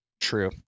True